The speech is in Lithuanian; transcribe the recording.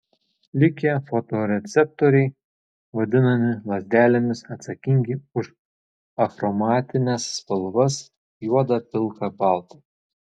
likę fotoreceptoriai vadinami lazdelėmis atsakingi už achromatines spalvas juodą pilką baltą